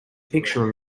picture